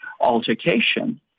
altercation